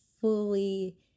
fully